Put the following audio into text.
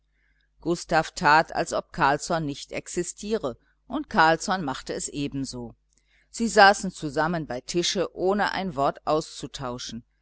gustav tat als ob carlsson nicht existiere und carlsson machte es ebenso sie saßen zusammen bei tische ohne ein wort auszutauschen